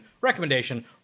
recommendation